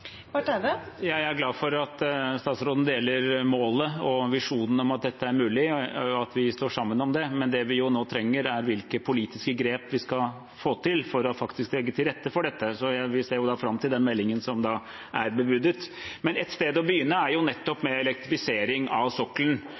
Jeg er glad for at statsråden deler målet og visjonen om at dette er mulig, og at vi står sammen om det, men det vi nå trenger, er politiske grep for faktisk å legge til rette for dette, så vi ser fram til den meldingen som er bebudet. Et sted å begynne er nettopp med elektrifisering av sokkelen.